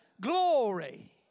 Glory